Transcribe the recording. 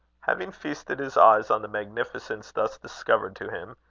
having feasted his eyes on the magnificence thus discovered to him,